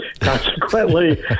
consequently